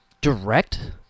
direct